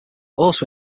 also